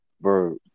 bro